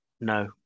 no